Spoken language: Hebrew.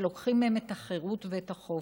שלוקחים מהם את החירות ואת החופש,